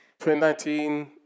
2019